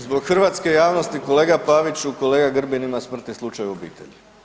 Zbog hrvatske javnosti kolega Paviću, kolega Grbin ima smrtni slučaj u obitelji.